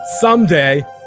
Someday